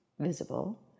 visible